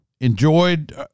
enjoyed